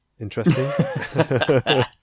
interesting